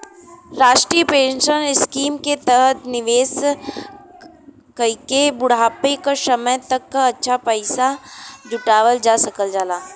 राष्ट्रीय pension scheme के तहत निवेश कइके बुढ़ापा क समय तक अच्छा पैसा जुटावल जा सकल जाला